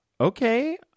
Okay